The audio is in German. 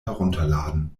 herunterladen